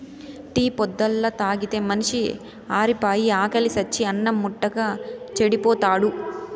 tea పొద్దల్లా తాగితే మనిషి ఆరిపాయి, ఆకిలి సచ్చి అన్నిం ముట్టక చెడిపోతాడు